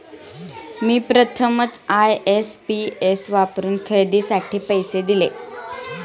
मी प्रथमच आय.एम.पी.एस वापरून खरेदीसाठी पैसे दिले